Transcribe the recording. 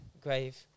grave